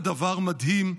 זה דבר מדהים,